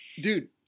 dude